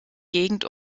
gegend